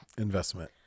investment